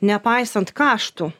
nepaisant kaštų